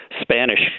Spanish